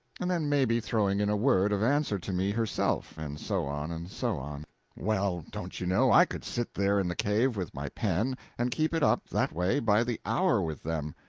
and then maybe throwing in a word of answer to me herself and so on and so on well, don't you know, i could sit there in the cave with my pen, and keep it up, that way, by the hour with them.